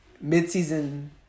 mid-season